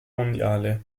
mondiale